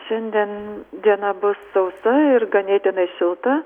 šiandien diena bus sausa ir ganėtinai šilta